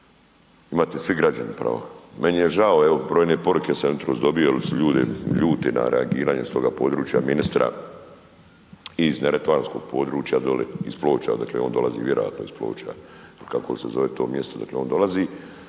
imati svi građani pravo. Meni je žao, evo brojne poruke sam jutros dobio jer su ljudi ljuti na reagiranje iz toga područja ministra i iz neretvanskog područja dolje, iz Ploče odakle on dolazi, vjerojatno iz Ploča, kako se zove to mjesto odakle on dolazi,